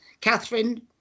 Catherine